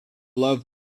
love